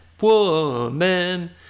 woman